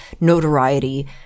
notoriety